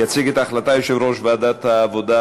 יציג את ההחלטה יושב-ראש ועדת העבודה,